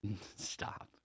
Stop